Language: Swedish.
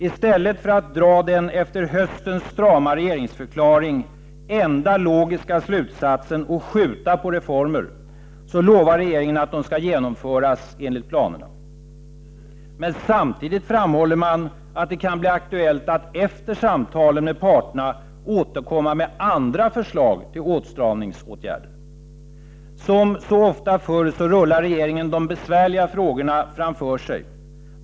I stället för att dra den, efter höstens strama regeringsförklaring, enda logiska slutsatsen att skjuta på reformer, lovar regeringen att de skall genomföras enligt planerna. Men samtidigt framhåller man att det kan bli aktuellt att efter samtalen med parterna återkomma med andra förslag till åtstramningsåtgärder. Som så ofta förr rullar regeringen de besvärliga frågorna framför sig.